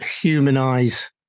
humanize